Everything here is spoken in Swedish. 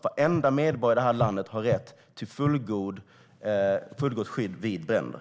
Varenda medborgare i detta land har rätt till fullgott skydd vid bränder.